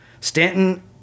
Stanton